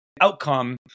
outcome